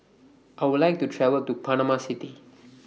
I Would like to travel to Panama City